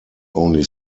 only